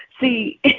See